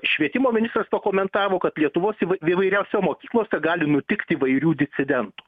švietimo ministras pakomentavo kad lietuvos įvai vaivariose mokyklose gali nutikt įvairių disidentų